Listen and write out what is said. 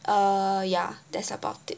uh ya that's about it